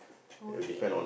okay